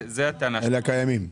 אתה מדבר על הקיימים?